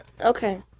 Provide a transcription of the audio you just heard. Okay